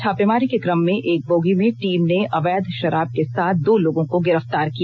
छापेमारी के क्रम में एक बोगी में टीम ने अवैध शराब के साथ दो लोगों को गिरफ्तार किया